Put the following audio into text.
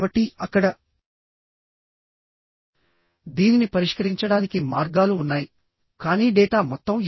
కనుక వీటిని దానికి తగినట్లుగా డిజైన్ చేయాలి